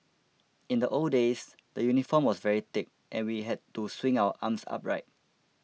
in the old days the uniform was very thick and we had to swing our arms upright